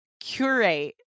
curate